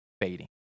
fading